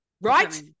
right